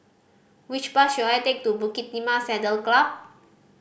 which bus should I take to Bukit Timah Saddle Club